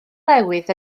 newydd